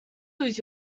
lose